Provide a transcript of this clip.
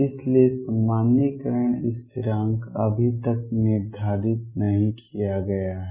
इसलिए सामान्यीकरण स्थिरांक अभी तक निर्धारित नहीं किया गया है